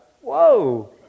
Whoa